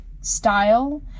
style